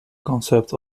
concept